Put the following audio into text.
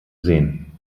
sehen